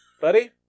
Buddy